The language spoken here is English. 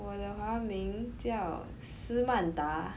我的华文名叫斯曼达